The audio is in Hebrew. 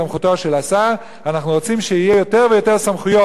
אנחנו רוצים שיהיו יותר ויותר סמכויות בדרג הנבחר